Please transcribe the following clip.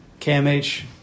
KMH